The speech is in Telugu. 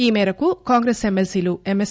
ఈ మేరకు కాంగ్రెస్ ఎమ్మె ల్పీలు ఎంఎస్